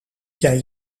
jij